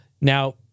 Now